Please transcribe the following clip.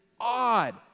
odd